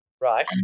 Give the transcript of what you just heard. Right